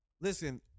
Listen